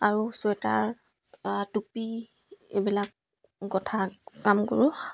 আৰু চুৱেটাৰ টুপি এইবিলাক কথা কাম কৰোঁ